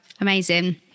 Amazing